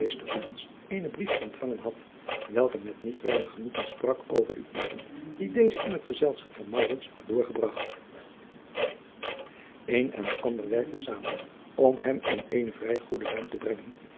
eenen brief ontvangen had welke met niet weinig genoegen sprak over de uren die deze in het gezelschap van had doorgebragt en en ander werkte zamen om hem in eene vrij goede luim te brengen